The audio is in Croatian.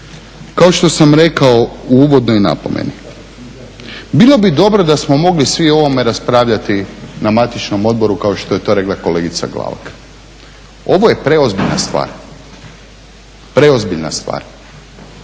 kao što sam rekao u uvodnoj napomeni bilo bi dobro da smo mogli svi o ovome raspravljati na matičnom odboru kao što je to rekla kolegica Glavak. Ovo je preozbiljna stvar. Ne moramo stvarno